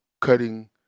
cutting